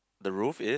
the roof is